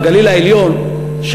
בגליל העליון,